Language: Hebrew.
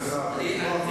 אתו.